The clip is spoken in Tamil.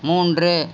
மூன்று